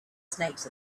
snakes